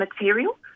material